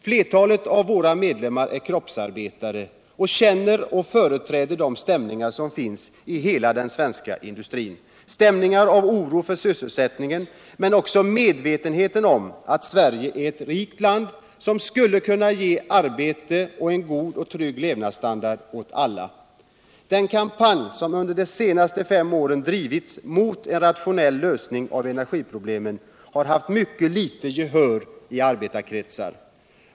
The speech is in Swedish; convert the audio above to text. Flertalet av våra medlem mar är kroppsarbetare och känner och företräder de stämningar som finns i hela den svenska industrin, stämningar av oro för sysselsättningen, men också medvetenheten om att Sverige är ett rikt land, som skulle kunna ge arbete och en god och trygg Ievnadsstandard åt alla. Den kampanj som de senaste fem åren drivits mot en rationell lösning av energiproblemen har haft mycket litet gehör i arbetarkretsar.